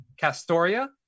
Castoria